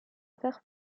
faire